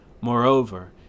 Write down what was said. Moreover